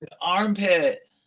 Armpit